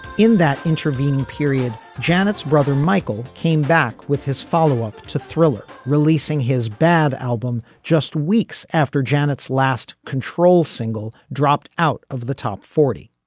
in that intervening period janet's brother michael came back with his follow up to thriller releasing his bad album just weeks after janet's last control single dropped out of the top forty.